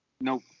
Nope